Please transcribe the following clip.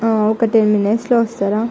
ఒక టెన్ మినిట్స్లో వస్తారా